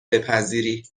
بپذیری